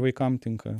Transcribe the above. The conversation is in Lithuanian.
vaikam tinka